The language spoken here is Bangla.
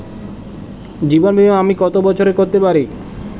জীবন বীমা আমি কতো বছরের করতে পারি?